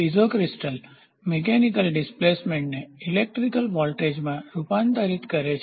piezo crystal મિકેનિકલયાંત્રિક ડિસ્પ્લેસમેન્ટને electrical વોલ્ટેજમાં રૂપાંતરિત કરે છે